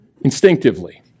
instinctively